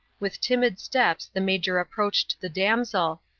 with timid steps the major approached the damsel,